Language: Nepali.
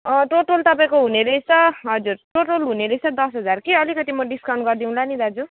टोटल तपाईँको हुने रहेछ हजुर टोटल हुने रहेछ दस हजार कि अलिकति म डिस्काउन्ट गरिदिउँला नि दाजु